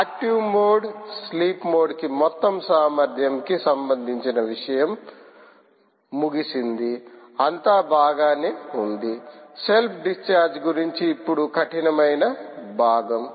active mode sleep మోడ్కి మొత్తం సామర్థ్యం కి సంబందించిన విషయం ముగిసింది అంతా బాగానే ఉంది సెల్ఫ్ డిశ్చార్జ్ గురించి ఇప్పుడు కఠినమైన భాగం